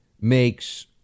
makes